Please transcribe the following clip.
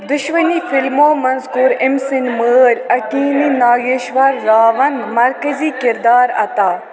دۄشوٕنی فِلمو منٛز کوٚر أمۍ سٕنٛدۍ مٲلۍ اکینینی ناگیشور راوَن مرکٔزی کِردار عطا